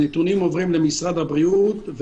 הנתונים עוברים למשרד הבריאות,